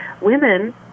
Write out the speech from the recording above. women